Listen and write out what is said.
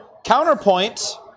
Counterpoint